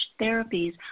therapies